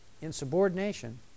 insubordination